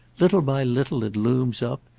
little by little it looms up.